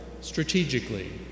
strategically